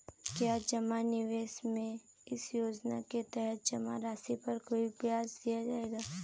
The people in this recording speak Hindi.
क्या जमा निवेश में इस योजना के तहत जमा राशि पर कोई ब्याज दिया जाएगा?